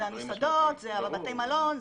אלה המסעדות, בתי המלון.